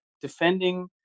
defending